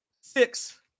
six